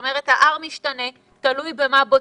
תודה רבה טלי.